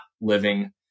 living